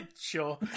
sure